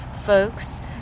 folks